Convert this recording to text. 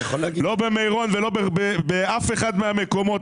לא במירון ולא באף אחד מן המקומות.